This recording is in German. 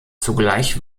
zugleich